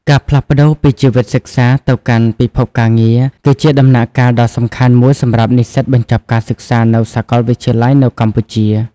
ការផ្លាស់ប្តូរពីជីវិតសិក្សាទៅកាន់ពិភពការងារ គឺជាដំណាក់កាលដ៏សំខាន់មួយសម្រាប់និស្សិតបញ្ចប់ការសិក្សានៅសាកលវិទ្យាល័យនៅកម្ពុជា។